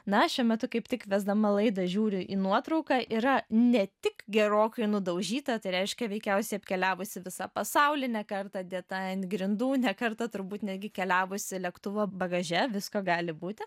na šiuo metu kaip tik vesdama laidą žiūriu į nuotrauką yra ne tik gerokai nudaužyta tai reiškia veikiausiai apkeliavusi visą pasaulį ne kartą dėta ant grindų ne kartą turbūt netgi keliavusi lėktuvo bagaže visko gali būti